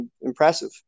impressive